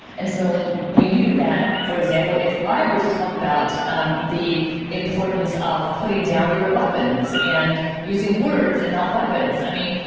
and so we knew that, for example, if i were to talk about um the importance of putting down your weapons and using words and not weapons, i mean,